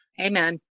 amen